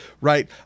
right